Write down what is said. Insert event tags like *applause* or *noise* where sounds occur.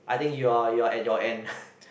I think you are you are at your end *laughs*